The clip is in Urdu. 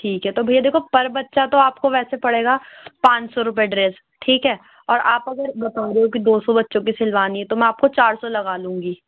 ٹھیک ہے تو بھیا دیکھو پر بچہ تو آپ کو ویسے پڑے گا پانچ سو روپیہ ڈریس ٹھیک ہے اور آپ اگر بتا رہے ہو کہ دو سو بچوں کی سلوانی ہے تو میں آپ کو چار سو لگا لوں گی